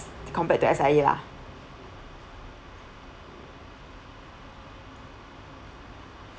compared to S_I_A lah